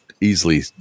easily